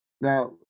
Now